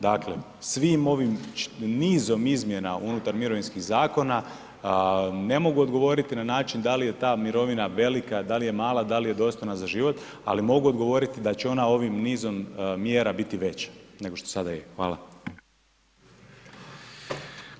Dakle, svim ovim nizom izmjena unutar mirovinskih zakona, ne mogu odgovoriti na način da li je ta mirovina velika, da li je mala, da li je dostojna za život ali mogu odgovoriti da će ona ovim nizom mjera biti veća nego sada je, hvala.